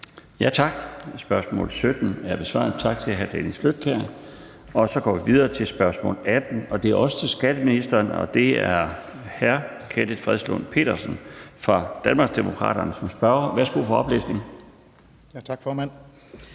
Tak. Spørgsmål nr. 17 er besvaret. Tak til hr. Dennis Flydtkjær. Så går vi videre til spørgsmål nr. 18. Det er også til skatteministeren, og det er hr. Kenneth Fredslund Petersen fra Danmarksdemokraterne som spørger. Kl. 15:20 Spm. nr. S 615 (omtrykt)